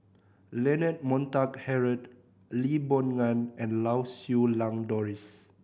Leonard Montague Harrod Lee Boon Ngan and Lau Siew Lang Doris